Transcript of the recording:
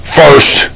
first